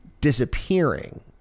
disappearing